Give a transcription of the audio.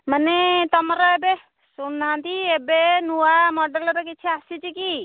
ମାନେ ତୁମର ଏବେ ଶୁଣୁନାହାନ୍ତି ଏବେ ନୂଆ ମଡ଼େଲର କିଛି ଆସିଛି କି